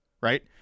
right